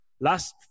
last